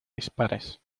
dispares